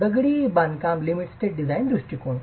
दगडी बांधकाम limit state design दृष्टीकोन